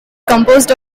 composed